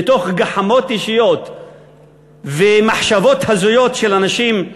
מתוך גחמות אישיות ומחשבות הזויות של אנשים,